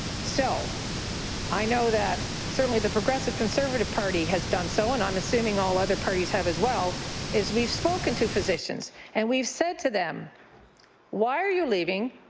so i know that certainly the progressive conservative party has done so and i'm assuming all other parties have as well and we've spoken to physicians and we've said to them why are you leaving?